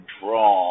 draw